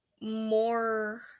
more